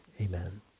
Amen